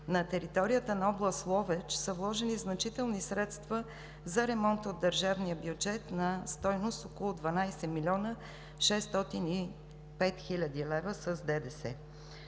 на територията на област Ловеч са вложени значителни средства за ремонт от държавния бюджет на стойност около 12 млн. 605 хил. лв. с ДДС.